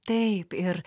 taip ir